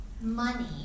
money